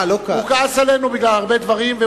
הוא כעס עלינו בגלל הרבה דברים,